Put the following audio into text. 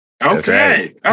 Okay